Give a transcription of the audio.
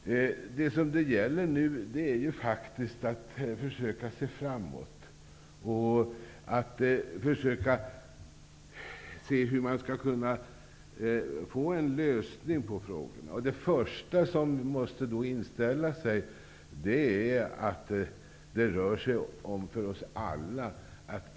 Det gäller nu faktiskt att försöka se framåt och att försöka se hur man skall kunna lösa frågorna. Vi måste alla idka en grundlig självkritik.